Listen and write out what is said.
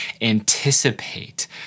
anticipate